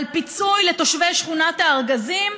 על פיצוי לתושבי שכונת הארגזים,